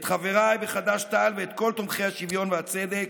את חבריי בחד"ש-תע"ל ואת כל תומכי השוויון והצדק,